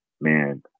man